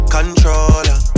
Controller